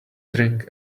drink